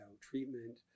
treatment